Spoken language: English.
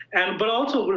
but also,